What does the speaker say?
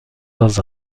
dans